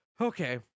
Okay